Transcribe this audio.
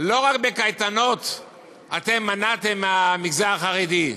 בקייטנות אתם מנעתם מהמגזר החרדי.